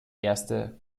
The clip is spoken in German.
erste